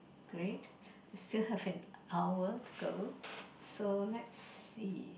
great is still half an hour to go so next see